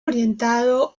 orientado